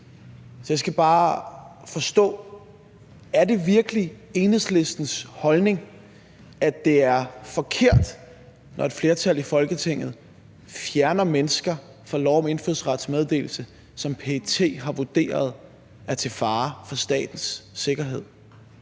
Så jeg skal bare forstå: Er det virkelig Enhedslistens holdning, at det er forkert, når et flertal i Folketinget fjerner mennesker fra lovforslag om indfødsrets meddelelse, som PET har vurderet er til fare for statens sikkerhed?